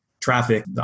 traffic